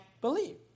believe